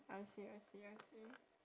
I see I see I see